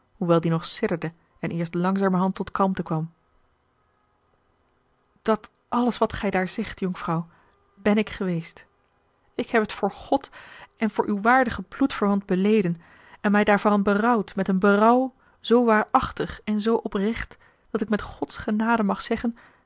hoewel die nog sidderde en eerst langzamerhand tot kalmte kwam dat alles wat gij daar zegt jonkvrouw ben ik geweest ik heb het voor god en voor uw waardigen bloedverwant beleden en mij daarvan berouwd met een berouw zoo waarachtig en zoo oprecht dat ik met gods genade mag zeggen